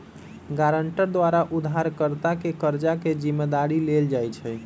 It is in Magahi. गराँटर द्वारा उधारकर्ता के कर्जा के जिम्मदारी लेल जाइ छइ